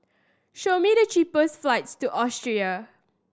show me the cheapest flights to Austria